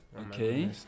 Okay